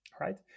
right